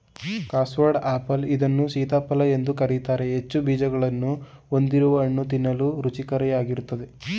custard apple ಇದನ್ನು ಸೀತಾಫಲ ಎಂದು ಕರಿತಾರೆ ಹೆಚ್ಚು ಬೀಜಗಳನ್ನು ಹೊಂದಿರುವ ಹಣ್ಣು ತಿನ್ನಲು ರುಚಿಯಾಗಿರುತ್ತದೆ